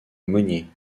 monnier